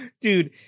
Dude